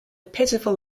pitiful